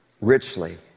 richly